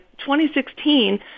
2016